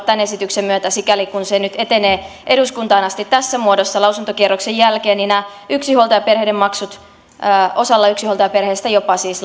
tämän esityksen myötä sikäli kuin se nyt etenee eduskuntaan asti tässä muodossa lausuntokierroksen jälkeen nämä yksinhuoltajaperheiden maksut osalla yksinhuoltajaperheistä jopa siis